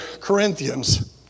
Corinthians